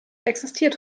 existiert